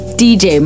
dj